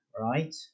right